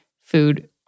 food